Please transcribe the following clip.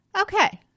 Okay